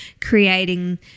creating